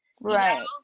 right